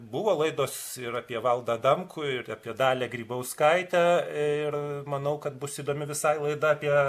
buvo laidos ir apie valdą adamkų ir apie dalią grybauskaitę ir manau kad bus įdomi visai laida apie